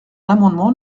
l’amendement